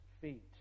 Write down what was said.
feet